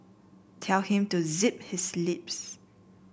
tell him to zip his lips